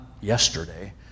yesterday